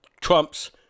Trump's